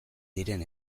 diren